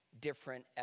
different